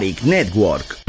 Network